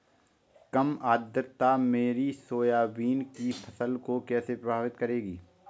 कम आर्द्रता मेरी सोयाबीन की फसल को कैसे प्रभावित करेगी?